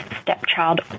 stepchild